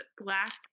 black